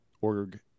org